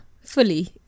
Fully